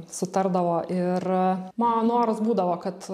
sutardavo ir mano noras būdavo kad